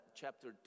chapter